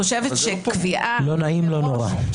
לא נעים, לא נורא.